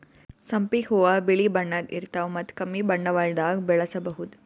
ಸಂಪಿಗ್ ಹೂವಾ ಬಿಳಿ ಬಣ್ಣದ್ ಇರ್ತವ್ ಮತ್ತ್ ಕಮ್ಮಿ ಬಂಡವಾಳ್ದಾಗ್ ಬೆಳಸಬಹುದ್